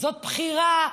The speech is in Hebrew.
זאת בחירה,